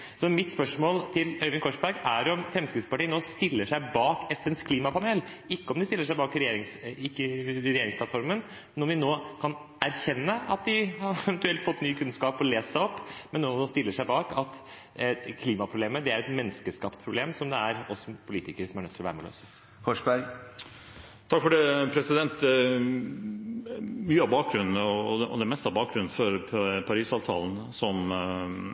Så mitt spørsmål til Øyvind Korsberg er om Fremskrittspartiet nå stiller seg bak FNs klimapanel – ikke om de stiller seg bak regjeringsplattformen – når vi nå kan erkjenne at de eventuelt har fått ny kunnskap og lest seg opp, og at klimaproblemet er et menneskeskapt problem, som vi politikere er nødt til å være med på å løse. Det meste av bakgrunnen for Paris-avtalen, som Fremskrittspartiet stiller seg bak, er FNs klimapanel, så det er for så vidt svaret på det spørsmålet. Men det